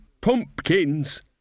pumpkins